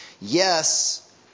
Yes